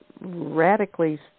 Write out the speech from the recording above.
radically